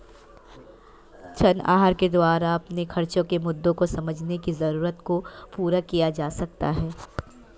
ऋण आहार के द्वारा अपने खर्चो के मुद्दों को समझने की जरूरत को पूरा किया जा सकता है